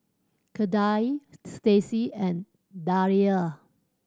Kendal Stacy and Thalia